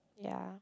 yea